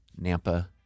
Nampa